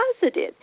positive